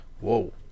Whoa